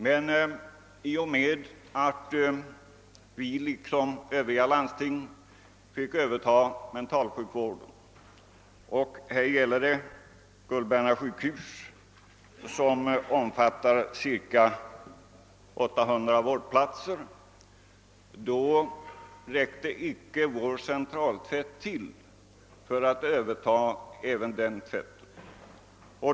Men i och med att vårt landsting liksom övriga landsting fick överta mentalsjukvården, i detta fall Gullberna sjukhus med cirka S00 vårdplatser, räckte inte vår centraltvätt till för att klara även den tvätten.